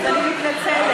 אז אני מתנצלת.